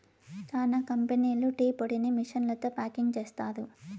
చానా కంపెనీలు టీ పొడిని మిషన్లతో ప్యాకింగ్ చేస్తారు